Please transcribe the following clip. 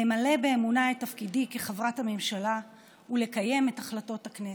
למלא באמונה את תפקידי כחברת הממשלה ולקיים את החלטות הכנסת.